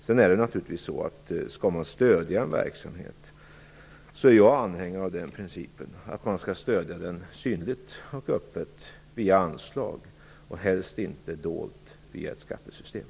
Slutligen vill jag framhålla att om man skall stödja en verksamhet är jag anhängare av principen att man skall stödja den synligt och öppet via anslag och inte dolt via ett skattesystem.